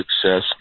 success